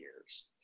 years